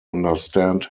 understand